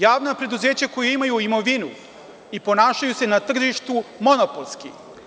Javna preduzeća koja imaju imovinu i ponašaju se na tržištu monopolski.